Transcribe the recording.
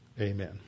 Amen